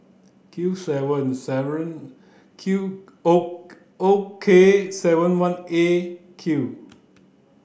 Q seven seven Q O O K seven one A Q